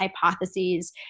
hypotheses